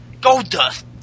Goldust